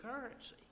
currency